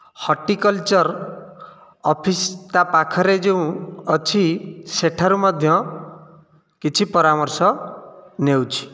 horticulture office ତା ପାଖରେ ଯେଉଁ ଅଛି ସେଠାରୁ ମଧ୍ୟ କିଛି ପରାମର୍ଶ ନେଉଛି